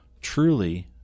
truly